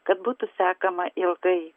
kad būtų sekama ilgai